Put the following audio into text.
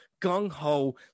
gung-ho